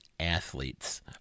athletes